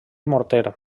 morter